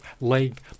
leg